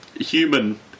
human